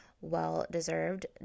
well-deserved